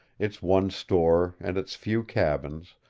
its one store and its few cabins,